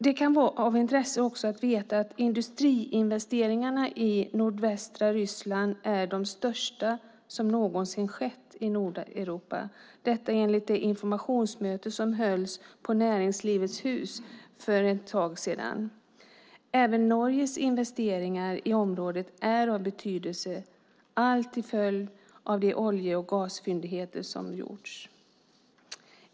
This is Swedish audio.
Det kan också vara av intresse att veta att industriinvesteringarna i nordvästra Ryssland är de största som någonsin skett i Nordeuropa enligt det informationsmöte som hölls på Näringslivets Hus för ett tag sedan. Även Norges investeringar i området är av betydelse till följd av de olje och gasfyndigheter som gjorts.